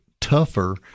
tougher